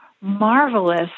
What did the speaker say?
marvelous